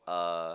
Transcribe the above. uh